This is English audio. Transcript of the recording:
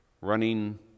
Running